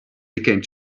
became